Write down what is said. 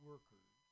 Workers